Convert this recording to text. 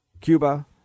Cuba